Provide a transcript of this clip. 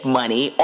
money